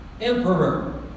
emperor